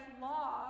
law